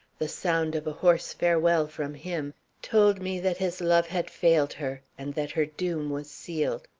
the sound of a hoarse farewell from him, told me that his love had failed her, and that her doom was sealed.